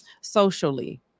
socially